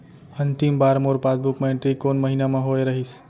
अंतिम बार मोर पासबुक मा एंट्री कोन महीना म होय रहिस?